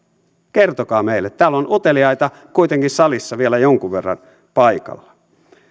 kertokaa meille täällä on uteliaita kuitenkin salissa vielä jonkun verran paikalla